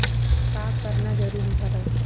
का करना जरूरी हवय?